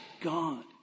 God